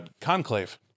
conclave